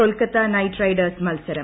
Kolkata Knight Riders മത്സരം